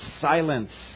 silence